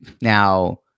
Now